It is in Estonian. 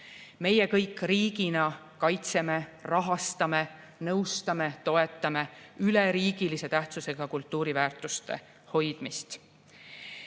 Meie kõik riigina kaitseme, rahastame, nõustame, toetame üleriigilise tähtsusega kultuuriväärtuste hoidmist.